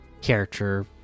character